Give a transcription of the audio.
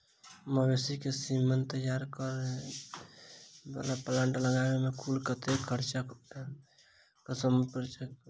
मवेसी केँ सीमन तैयार करबाक प्लांट लगाबै मे कुल कतेक खर्चा हएत आ एकड़ समूचा प्रक्रिया की छैक?